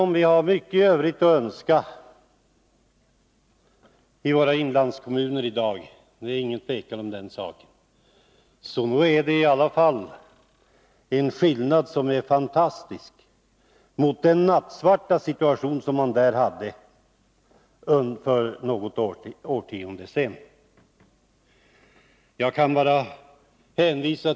Det finns mycket övrigt att önska i våra inlandskommuner i dag — det är inget tvivel om den saken — men det är i alla fall en fantastisk skillnad i jämförelse med den nattsvarta situation som de befann sig i för något årtionde sedan.